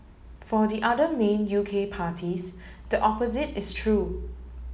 for the other main U K parties the opposite is true